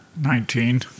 Nineteen